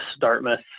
Dartmouth